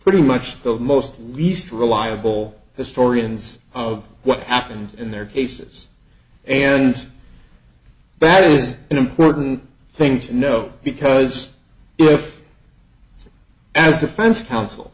pretty much the most least reliable historians of what happens in their cases and that is an important thing to know because if as defense counsel